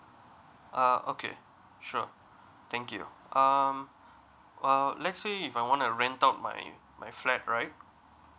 uh okay sure thank you um uh let's say if I want to rent out my my flat right